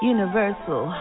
Universal